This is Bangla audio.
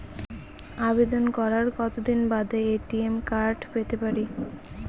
আবেদন করার কতদিন বাদে এ.টি.এম কার্ড পেতে পারি?